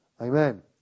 amen